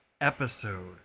episode